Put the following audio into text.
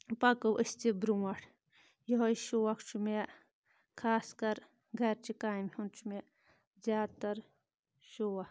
پَکَو أسۍ تہِ برونٛٹھ یہے شوق چھُ مےٚ خاص کر گَرچہِ کامہِ ہُنٛد چھُ مےٚ زیادٕ تر شوق